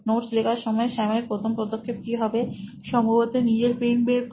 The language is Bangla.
নোটস লেখার সময় স্যামের প্রথম পদক্ষেপ কি হবে সম্ভবত নিজের পেন বের করা